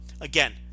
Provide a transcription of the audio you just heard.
again